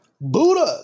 Buddha